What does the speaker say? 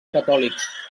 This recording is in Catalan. catòlics